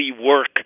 work